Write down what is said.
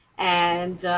and,